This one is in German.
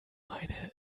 meine